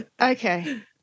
okay